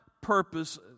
purpose